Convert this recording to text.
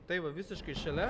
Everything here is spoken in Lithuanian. tai va visiškai šalia